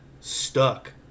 stuck